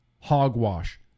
Hogwash